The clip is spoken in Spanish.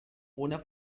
una